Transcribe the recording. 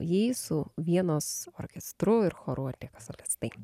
jį su vienos orkestru ir choru atlieka solistai